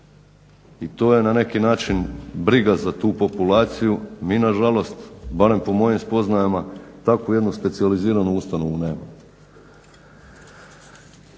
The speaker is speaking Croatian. I to je na neki način briga za tu populaciju. Mi nažalost, barem po mojim spoznajama takvu jednu specijaliziranu ustanovu nemamo.